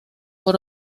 por